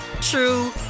true